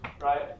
right